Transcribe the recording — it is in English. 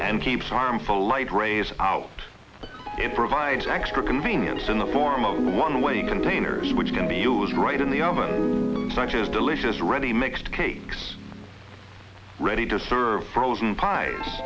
and keeps harmful light rays it provides extra convenience in the form of one way containers which can be used right in the oven such as delicious ready mixed cakes ready to serve frozen pies